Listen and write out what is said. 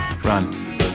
Run